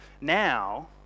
now